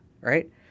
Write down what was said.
right